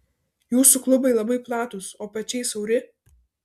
jūsų klubai labai platūs o pečiai siauri